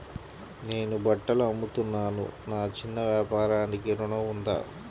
నేను బట్టలు అమ్ముతున్నాను, నా చిన్న వ్యాపారానికి ఋణం ఉందా?